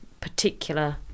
particular